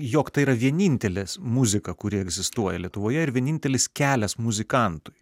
jog tai yra vienintelės muzika kuri egzistuoja lietuvoje ir vienintelis kelias muzikantui